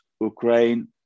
Ukraine